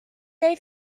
they